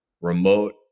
remote